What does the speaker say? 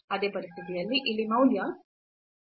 ಅದೇ ಪರಿಸ್ಥಿತಿಯಲ್ಲಿ ಇಲ್ಲಿ ಮೌಲ್ಯ ಏನು